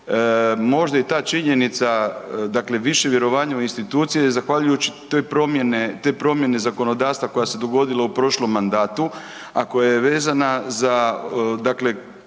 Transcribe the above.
možda i ta činjenica, dakle više vjerovanja u institucije zahvaljujući toj promjene, te promjene zakonodavstva koja su se dogodila u prošlom mandatu, a koja je vezana za, dakle